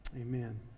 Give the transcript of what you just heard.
Amen